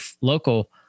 local